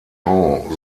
sean